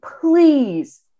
please